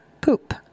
poop